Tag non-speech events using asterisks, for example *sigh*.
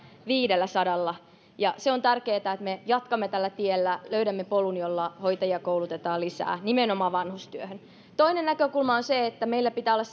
viidelläsadalla se on tärkeätä että me jatkamme tällä tiellä löydämme polun jolla hoitajia koulutetaan lisää nimenomaan vanhustyöhön toinen näkökulma on se että meillä pitää olla *unintelligible*